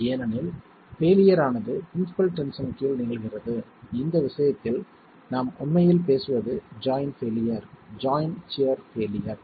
ஏனெனில் பெயிலியர் ஆனது principal tension கீழ் நிகழ்கிறது இந்த விஷயத்தில் நாம் உண்மையில் பேசுவது joint failure joint shear failure